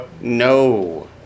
No